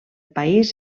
país